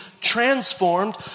transformed